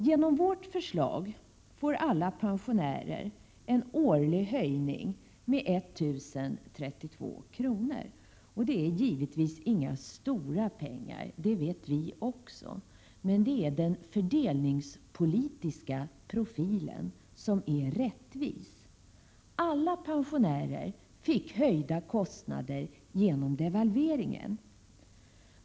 Genom vårt förslag får alla pensionärer en årlig höjning med 1 032 kr. Det är givetvis inga stora pengar, det vet också vi. Men den fördelningspolitiska profilen är rättvis. Alla pensionärer fick höjda kostnader genom devalveringen.